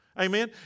Amen